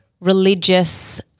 religious